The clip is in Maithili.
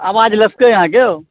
आवाज लसकै यऽ अहाँके यौ